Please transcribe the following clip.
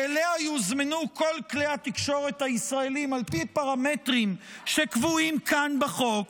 שאליה יוזמנו כל כלי התקשורת הישראליים על פי פרמטרים שקבועים כאן בחוק.